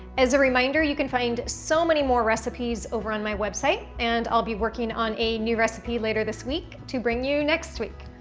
as a reminder, you can find so many more recipes over on my website and i'll be working on a new recipe later this week to bring you next week.